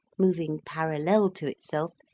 moving parallel to itself,